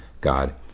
God